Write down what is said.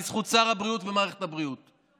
בזכות שר הבריאות ומערכת הבריאות.